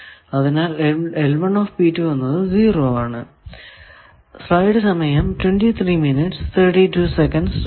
അതിനാൽ എന്നത് 0 ആണ്